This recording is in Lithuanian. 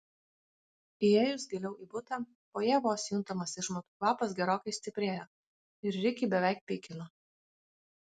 įėjus giliau į butą fojė vos juntamas išmatų kvapas gerokai stiprėjo ir rikį beveik pykino